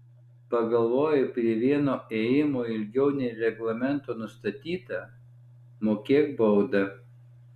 pagalvojai prie vieno ėjimo ilgiau nei reglamento nustatyta mokėk baudą